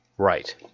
Right